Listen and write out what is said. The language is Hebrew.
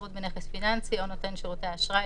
שירות בנכס פיננסי או נותן שירותי אשראי,